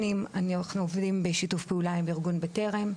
שנים אנחנו עובדים בשיתוף פעולה עם ארגון בטרם,